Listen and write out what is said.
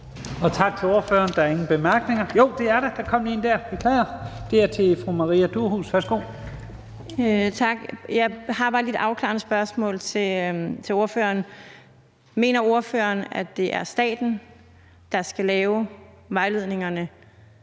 Tak til ordføreren. Der er en kort bemærkning fra fru Maria Durhuus. Værsgo. Kl. 12:28 Maria Durhuus (S): Tak. Jeg har bare lige et afklarende spørgsmål til ordføreren: Mener ordføreren, at det er staten, der skal lave vejledningerne